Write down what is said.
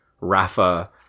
Rafa